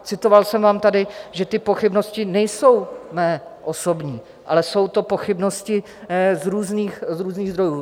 Citoval jsem vám tady, že ty pochybnosti nejsou mé osobní, ale jsou to pochybnosti z různých zdrojů.